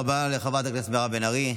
תודה רבה לחברת הכנסת מירב בן ארי.